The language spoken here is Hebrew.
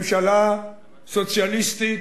ממשלה סוציאליסטית,